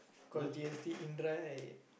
cause G_S_T in right